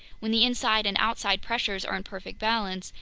when the inside and outside pressures are in perfect balance,